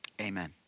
Amen